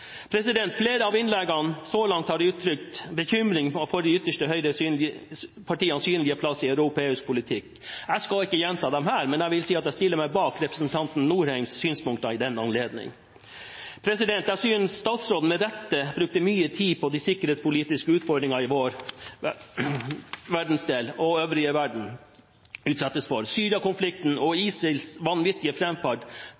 Flere har i innleggene så langt uttrykt bekymring for de ytterste høyrepartienes synlige plass i europeisk politikk. Jeg skal ikke gjenta det her, men jeg vil si at jeg stiller meg bak representanten Norheims synspunkter i den anledning. Jeg synes statsråden med rette brukte mye tid på de sikkerhetspolitiske utfordringene som både vår verdensdel og den øvrige verden utsettes for. Syria-konflikten og